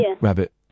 rabbit